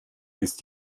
ist